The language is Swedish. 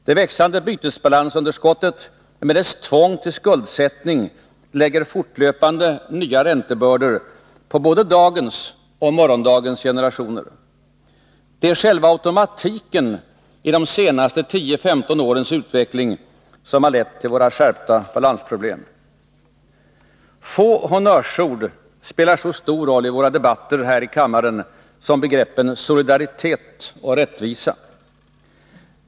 Det växande bytesbalansunderskottet med dess tvång till skuldsättning lägger fortlöpande nya räntebördor på både dagens och morgondagens generationer. Det är själva automatiken i de senaste 10-15 årens utveckling som lett till våra skärpta balansproblem. Få honnörsord spelar så stor roll i våra debatter här i kammaren som begreppen solidaritet och rättvisa.